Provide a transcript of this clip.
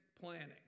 planning